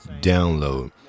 download